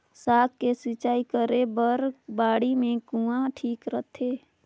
साग के सिंचाई करे बर बाड़ी मे कुआँ ठीक रहथे?